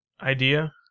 idea